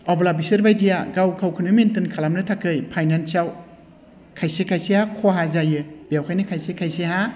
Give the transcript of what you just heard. अब्ला बिसोरबायदिया गाव खावखौनो मेनटेन खालामनो थाखाय फाइनान्साव खायसे खायसेआ खहा जायो बेवहायनो खायसे खायसेहा